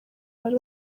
bari